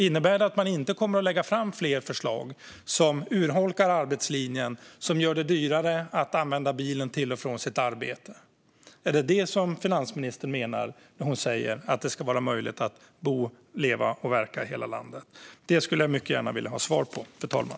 Innebär det att man inte kommer att lägga fram fler förslag som urholkar arbetslinjen och gör det dyrare att använda bilen till och från sitt arbete? Är det detta finansministern menar när hon säger att det ska vara möjligt att bo, leva och verka i hela landet? Det skulle jag mycket gärna vilja ha svar på, fru talman.